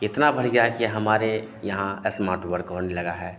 इतना बढ़ गया है कि हमारे यहाँ एस्मार्ट वर्क होने लगा है